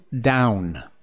down